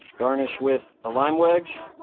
garnish with a lime wedge.